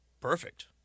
perfect